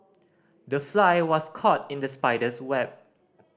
the fly was caught in the spider's web